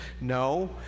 no